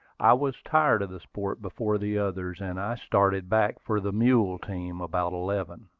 i was tired of the sport before the others, and i started back for the mule team about eleven.